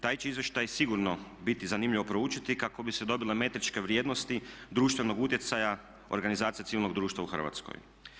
Taj će izvještaj sigurno biti zanimljivo proučiti kako bi se dobile metričke vrijednosti društvenog utjecaja organizacija civilnog društva u Hrvatskoj.